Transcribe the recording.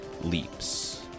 leaps